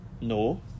no